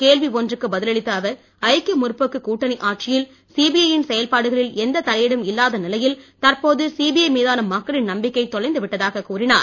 கேள்வி ஒன்றுக்கு பதில் அளித்த அவர் ஐக்கிய முற்போக்குக் கூட்டணி ஆட்சியில் சிபிஐ யின் செயல்பாடுகளில் எந்த்த் தலையீடும் இல்லாத நிலையில் தற்போது சிபிஐ மீதான மக்களின் நம்பிக்கை தொலைந்து விட்டதாகக் கூறினார்